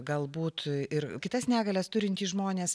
galbūt ir kitas negalias turintys žmonės